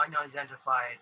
unidentified